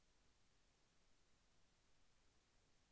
ఎరువులను ఎలా వాడాలి?